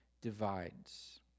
divides